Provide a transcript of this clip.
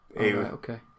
okay